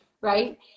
right